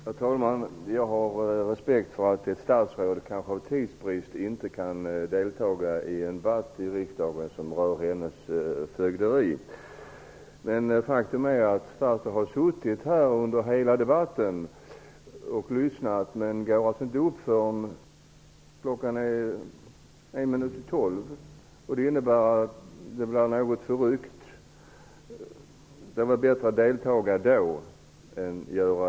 Herr talman! Har har respekt för att ett statsråd på grund av tidsbrist kanske inte kan delta i en debatt i riksdagen som rör hennes fögderi. Ett faktum är att statsrådet har suttit här under hela debatten och lyssnat. Men hon går inte upp förrän klockan är en minut i tolv. Det innebär att debatten blir något förryckt. Det hade varit bättre om hon hade deltagit tidigare.